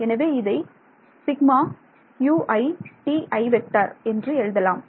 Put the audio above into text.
எனவே இதை என்று எழுதலாம்